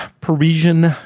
Parisian